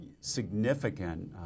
significant